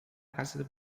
casa